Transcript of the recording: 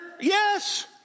Yes